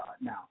Now